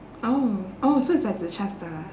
oh oh so it's like zhi char style ah